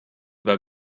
war